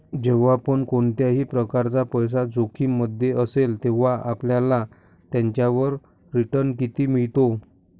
जेव्हा पण कोणत्याही प्रकारचा पैसा जोखिम मध्ये असेल, तेव्हा आपल्याला त्याच्यावर रिटन किती मिळतो?